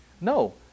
No